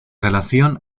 relación